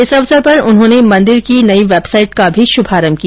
इस अवसर पर उन्होंने मन्दिर की नई वेबसाइट का शुभारम्भ भी किया